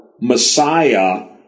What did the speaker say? Messiah